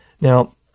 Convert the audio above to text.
Now